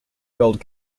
gold